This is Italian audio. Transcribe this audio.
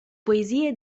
poesie